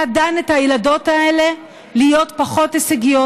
דן את הילדות האלה להיות פחות הישגיות,